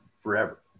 forever